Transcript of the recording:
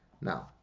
now